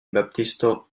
baptisto